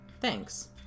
thanks